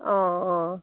অঁ অঁ